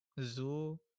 zoo